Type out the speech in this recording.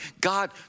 God